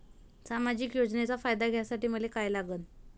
सामाजिक योजनेचा फायदा घ्यासाठी मले काय लागन?